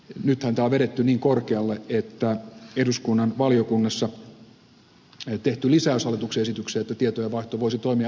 nythän tämä on vedetty niin korkealle että eduskunnan valiokunnassa tehty lisäys hallituksen esitykseen että tietojenvaihto voisi toimia automaattisemmin ei toteudu